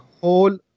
whole